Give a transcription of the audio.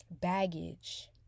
baggage